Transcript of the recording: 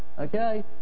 Okay